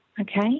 okay